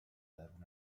درون